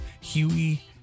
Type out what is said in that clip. Huey